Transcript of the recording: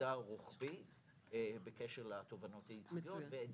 עבודה רוחבית בקשר לתובענות הייצוגיות ואת